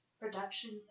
Productions